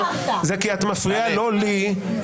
כי את מפריעה לא לי,